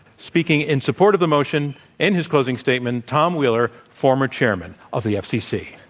speaking in support of the motion in his closing statement, tom wheeler, former chairman of the fcc.